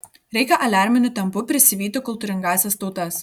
reikia aliarminiu tempu prisivyti kultūringąsias tautas